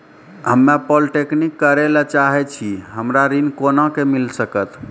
हम्मे पॉलीटेक्निक करे ला चाहे छी हमरा ऋण कोना के मिल सकत?